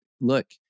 Look